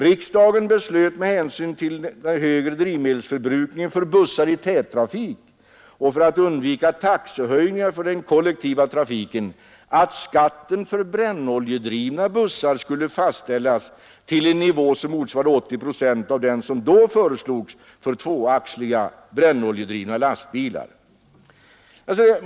Riksdagen beslöt med hänsyn till den högre Nr 122 drivmedelsförbrukningen för bussar i tät trafik, och för att undvika Onsdagen den taxehöjningar för den kollektiva trafiken, att skatten för brännoljedrivna 22 november 1972 bussar skulle fastställas till en nivå som motsvarade 80 procent av den som då föreslogs för tvåaxliga brännoljedrivna lastbilar.